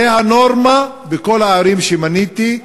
זו הנורמה בכל הערים שמניתי.